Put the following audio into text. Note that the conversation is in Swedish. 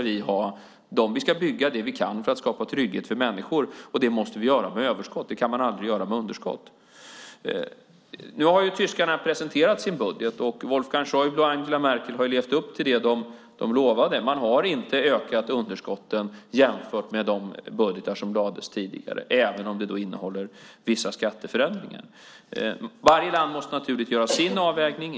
Vi ska bygga det vi kan för att skapa trygghet för människor, och det måste vi göra med överskott. Det kan man aldrig göra med underskott. Nu har tyskarna presenterat sin budget, och Wolfgang Schäuble och Angela Merkel har levt upp till det de lovade. Man har inte ökat underskotten jämfört med de budgetar som lades fram tidigare, även om de innehåller vissa skatteförändringar. Varje land måste naturligtvis göra sin avvägning.